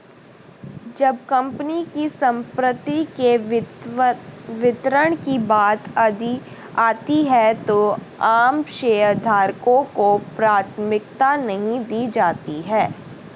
जब कंपनी की संपत्ति के वितरण की बात आती है तो आम शेयरधारकों को प्राथमिकता नहीं दी जाती है